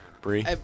Bree